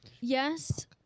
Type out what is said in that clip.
Yes